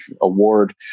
award